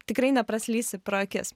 tikrai nepraslysi pro akis